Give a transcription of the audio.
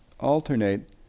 alternate